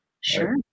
Sure